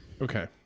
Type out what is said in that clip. Okay